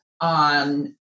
on